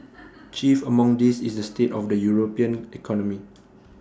chief among these is the state of the european economy